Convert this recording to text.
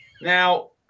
Now